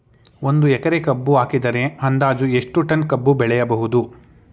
ಒಂದು ಎಕರೆ ಕಬ್ಬು ಹಾಕಿದರೆ ಅಂದಾಜು ಎಷ್ಟು ಟನ್ ಕಬ್ಬು ಬೆಳೆಯಬಹುದು?